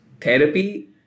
therapy